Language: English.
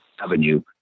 Avenue